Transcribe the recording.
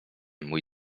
mój